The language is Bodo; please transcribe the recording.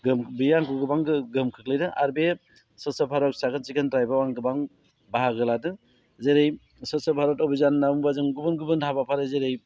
बेयो आंखौ गोबां गोहोम खोख्लैदों आरो बे स्वच्च भारत साखोन सिखोन द्रायभआव आं गोबां बाहागो लादों जेरै स्वच्च भारत अभिजान होननानै बुङोबा जों गुबुन गुबुन हाबाफारि जेरै